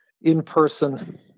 in-person